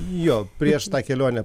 jo prieš tą kelionę